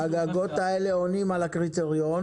הגגות האלה עונים על הקריטריון?